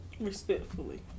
Respectfully